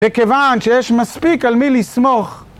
מכיוון שיש מספיק על מי לסמוך